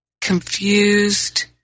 confused